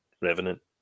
revenant